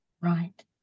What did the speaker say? Right